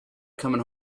coming